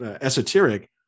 esoteric